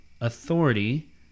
authority